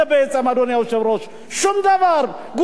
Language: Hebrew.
שום דבר, גורנישט, כלום, אפס.